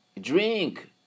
Drink